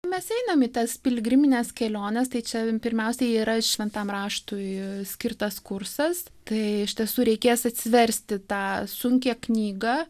mes einam į tas piligrimines keliones tai čia pirmiausia yra šventam raštui skirtas kursas tai iš tiesų reikės atsiversti tą sunkią knygą